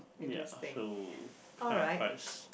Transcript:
ya so kind of quite